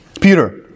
Peter